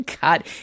god